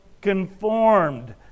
conformed